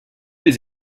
des